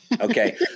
Okay